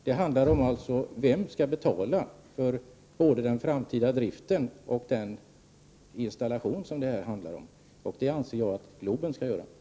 Det handlar om vem som skall betala både för den installation som det här handlar om och för den framtida driften. Jag anser att Stockholm Globen Arena skall bekosta detta.